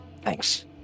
Thanks